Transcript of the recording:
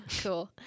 Cool